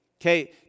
Okay